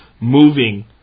moving